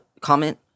comment